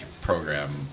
program